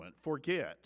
forget